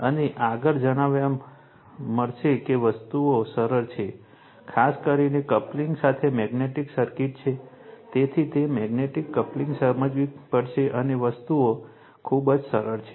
અને આગળ જાણવા મળશે કે વસ્તુઓ સરળ છે ખાસ કરીને કપલિંગ સાથે મેગ્નેટિક સર્કિટ છે તેથી તે મેગ્નેટિક કપલિંગ સમજવી પડશે અને વસ્તુઓ ખૂબ સરળ છે